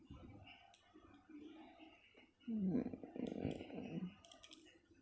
mm